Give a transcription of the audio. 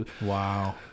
Wow